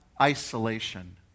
isolation